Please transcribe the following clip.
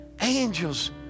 Angels